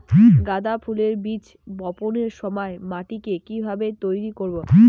গাদা ফুলের বীজ বপনের সময় মাটিকে কিভাবে তৈরি করব?